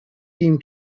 team